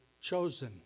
chosen